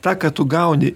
tą ką tu gauni